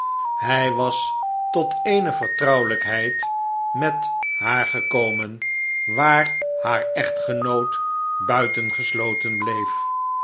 hij was tot eene v ertrouwelijkheid met haar gekomen waar haar echtgenoot buitengesloten bleef